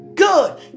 Good